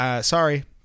sorry